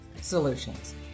solutions